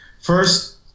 First